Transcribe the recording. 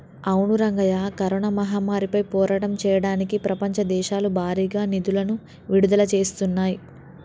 అవును రంగయ్య కరోనా మహమ్మారిపై పోరాటం చేయడానికి ప్రపంచ దేశాలు భారీగా నిధులను విడుదల చేస్తున్నాయి